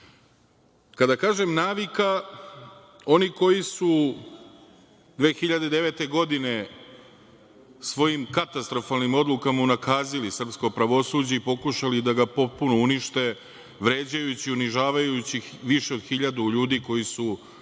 kažem navika, oni koji su 2009. godine svojim katastrofalnim odlukama unakazili srpsko pravosuđe i pokušali da ga potpuno unište, vređajući, unižavajući više od hiljadu ljudi koji su bili